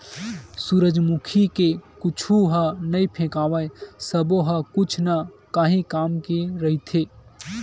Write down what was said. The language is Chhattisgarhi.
सूरजमुखी के कुछु ह नइ फेकावय सब्बो ह कुछु न काही काम के रहिथे